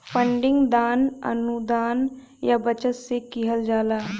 funding दान, अनुदान या बचत से किहल जाला